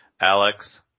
Alex